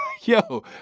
yo